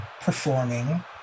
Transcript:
performing